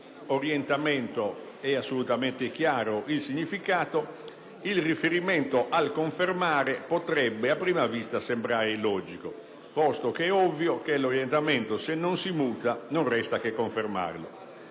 significato è assolutamente chiaro, il riferimento al confermarlo potrebbe a prima vista sembrare illogico, posto che è ovvio che l'orientamento, se non si muta, non resta che confermarlo.